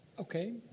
Okay